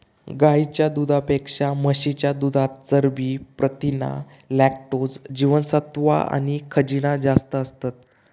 गाईच्या दुधापेक्षा म्हशीच्या दुधात चरबी, प्रथीना, लॅक्टोज, जीवनसत्त्वा आणि खनिजा जास्त असतत